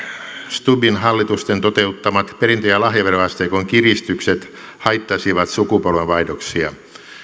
stubbin hallitusten toteuttamat perintö ja lahjaveroasteikon kiristykset haittasivat sukupolvenvaihdoksia